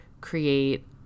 create